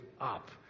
up